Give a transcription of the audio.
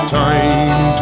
time